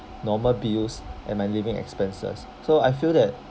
normal bills and my living expenses so I feel that